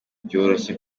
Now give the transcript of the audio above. ryoroshye